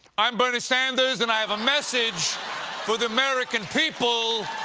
i'm bernie sanders, and i have a message for the american people.